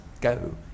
go